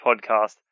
podcast